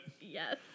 Yes